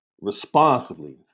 responsibly